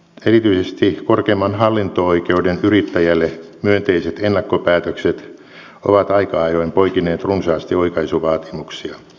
erityisesti korkeimman hallinto oikeuden yrittäjälle myönteiset ennakkopäätökset ovat aika ajoin poikineet runsaasti oikaisuvaatimuksia